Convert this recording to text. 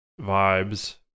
vibes